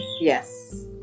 Yes